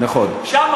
שם,